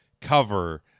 cover